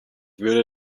würde